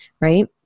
right